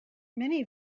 many